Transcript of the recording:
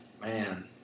Man